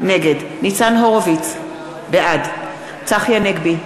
נגד ניצן הורוביץ, בעד צחי הנגבי,